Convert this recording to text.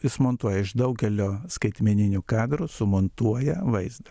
jis montuoja iš daugelio skaitmeninių kamerų sumontuoja vaizdą